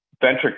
Venture